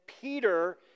Peter